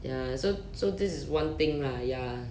ya so so this is one thing lah ya